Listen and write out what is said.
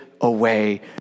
away